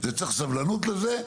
צריך סבלנות לזה,